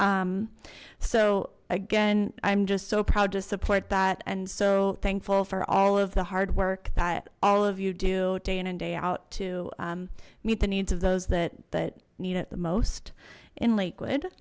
this so again i'm just so proud to support that and so thankful for all of the hard work that all of you do day in and day out to meet the needs of those that need it the most in lakewood